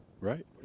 Right